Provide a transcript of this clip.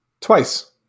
twice